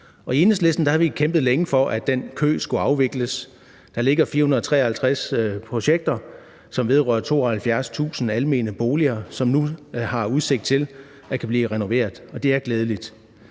I Enhedslisten har vi kæmpet længe for, at den kø skulle afvikles. Der ligger 453 projekter, som vedrører 72.000 almene boliger, som nu har udsigt til at kunne blive renoveret. Og det er glædeligt.